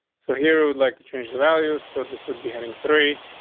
so here would like to change the values. so this would be heading three,